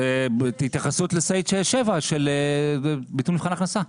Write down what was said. בהתייחסות לסעיף 7, ביטול מבחן הכנסה.